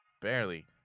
Barely